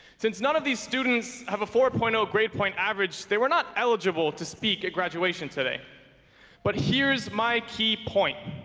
since none of these students have a four point zero grade point average they were not eligible to speak at graduation today but here's my key point.